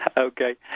Okay